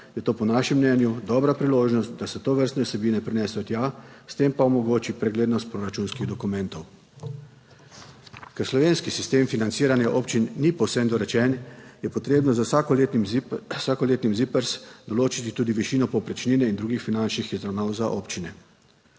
je to po našem mnenju dobra priložnost, da se tovrstne vsebine prenesejo tja, s tem pa omogoči preglednost proračunskih dokumentov. Ker slovenski sistem financiranja občin ni povsem dorečen je potrebno z vsakoletnim ZIPRS določiti tudi višino povprečnine in drugih finančnih izravnav za občine.